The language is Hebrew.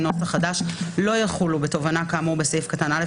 (נוסח חדש) לא יחולו בתובענה כאמור בסעיף קטן (א)